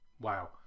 Wow